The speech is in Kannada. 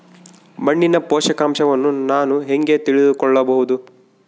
ಮಣ್ಣಿನ ಪೋಷಕಾಂಶವನ್ನು ನಾನು ಹೇಗೆ ತಿಳಿದುಕೊಳ್ಳಬಹುದು?